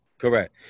Correct